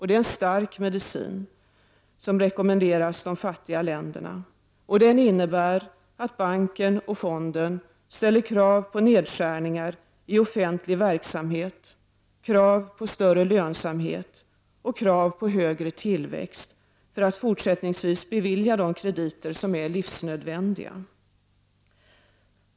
Det är en stark medicin som rekommenderas de fattiga länderna och den innebär att banken och fonden ställer krav på nedskärningar i offentlig verksamhet, större lönsamhet, högre tillväxt för att fortsättningsvis bevilja de krediter som är livsnödvändiga.